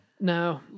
No